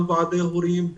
גם ועדי הורים,